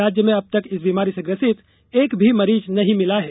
राज्य में अब तक इस बीमारी से ग्रसित एक भी मरीज नहीं मिला है